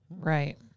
Right